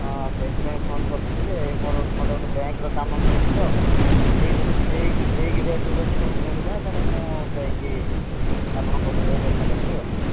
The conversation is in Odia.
ହଁ ସେଇଥିପାଇଁ ଫୋନ୍ କରିଥିଲି ଯେ ମୋର ଗୋଟେ ମୋତେ ଗୋଟେ ବ୍ୟାଙ୍କର କାମ ମିଳୁଛି ତ ଟିକିଏ ଯଦି ଠିକ ଠିକ ରେଟ୍ରେ ଯଦି ସବୁ ମିଳିଲା ତା'ହେଲେ ମୁଁ ଯାଇକି ଆପଣଙ୍କ ପାଖରେ ଯାଇ ଦେଖା କରିବି ଆଉ